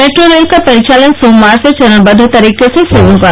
metro rail का परिचालन सोमवार से चरणबद्ध तरीके से शुरू होगा